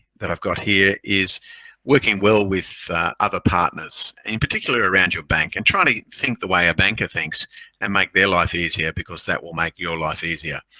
that i've got here is working well with other partners, and in particular around your bank and trying to think the way a banker thinks and make their life easier because that will make your life easier,